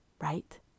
right